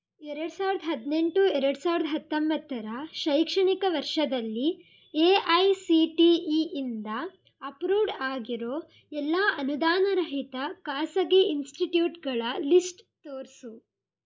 ಎರಡು ಸಾವಿರದ ಹದಿನೆಂಟು ಎರಡು ಸಾವಿರದ ಹತ್ತೊಂಬತ್ತರ ಶೈಕ್ಷಣಿಕ ವರ್ಷದಲ್ಲಿ ಎ ಐ ಸಿ ಟಿ ಇಯಿಂದ ಅಪ್ರೂವ್ಡ್ ಆಗಿರೋ ಎಲ್ಲ ಅನುದಾನರಹಿತ ಖಾಸಗಿ ಇನ್ಸ್ಟಿಟ್ಯೂಟ್ಗಳ ಲಿಸ್ಟ್ ತೋರಿಸು